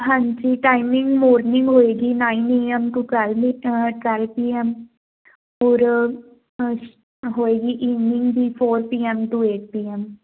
ਹਾਂਜੀ timing morning ਹੋਏਗੀ nine A M to twelve P M ਹੋਰ ਹੋਏਗੀ ਈਵਨਿੰਗ ਦੀ four P M to eight P M